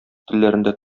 телләрендә